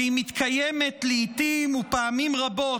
והיא מתקיימת לעיתים, ופעמים רבות,